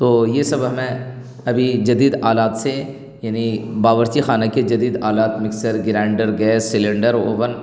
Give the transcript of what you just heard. تو یہ سب ہمیں ابھی جدید آلات سے یعنی باورچی خانہ کے جدید آلات mixer grinder gas cylinder oven